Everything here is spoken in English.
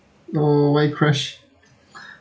oh why crashed